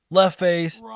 left face,